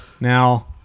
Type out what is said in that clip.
Now